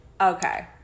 Okay